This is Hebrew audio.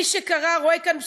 מי שקרא רואה כאן בשורה,